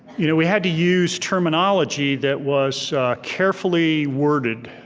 you know we had to use terminology that was carefully worded,